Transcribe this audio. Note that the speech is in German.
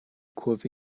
kurve